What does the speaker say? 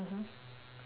mmhmm